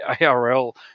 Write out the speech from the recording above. ARL